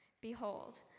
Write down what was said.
Behold